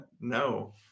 No